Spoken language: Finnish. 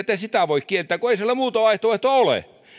te sitä voi kieltää kun ei sille muuta vaihtoehtoa ole